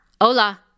hola